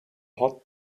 hot